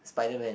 spiderman